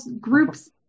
groups